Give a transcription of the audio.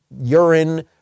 urine